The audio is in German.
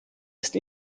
ist